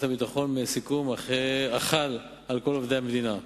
הביטחון מהסיכום החל על כל עובדי המדינה.